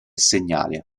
segnale